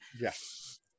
yes